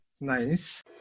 nice